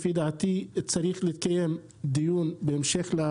לפי דעתי, צריך להתקיים דיון המשך.